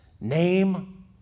name